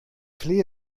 flehe